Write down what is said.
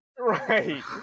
right